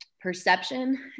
Perception